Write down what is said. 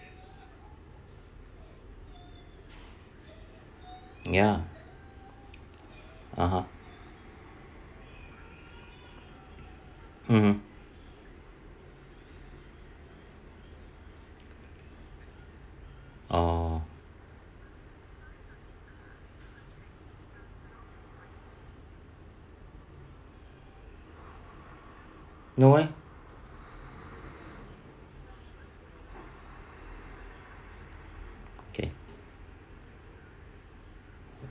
ya (uh huh) mmhmm oh no eh okay